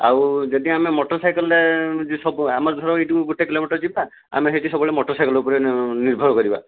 ଆଉ ଯଦି ଆମେ ମୋଟରସାଇକେଲରେ ଆମର ଧର ଏଇଠୁ ଗୋଟିଏ କିଲୋମିଟର ଯିବା ଆମେ ସେଠି ସବୁବେଳେ ମୋଟରସାଇକେଲ ଉପରେ ନିର୍ଭର କରିବା